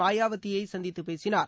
மாயாவதியை சந்தித்துப் பேசினார்